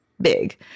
big